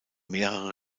mehrere